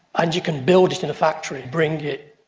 and you can build it in a factory, bring it,